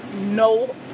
no